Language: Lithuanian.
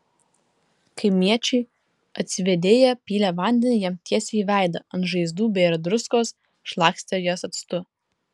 kaimiečiai atsivėdėję pylė vandenį jam tiesiai į veidą ant žaizdų bėrė druskos šlakstė jas actu